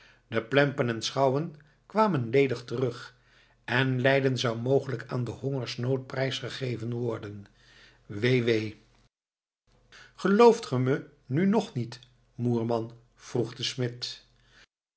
de plempen en schouwen kwamen ledig terug en leiden zou mogelijk aan den hongersnood prijs gegeven worden wee wee gelooft ge me nu ng niet moerman vroeg de smid